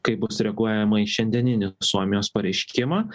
kaip bus reaguojama į šiandieninį suomijos pareiškimą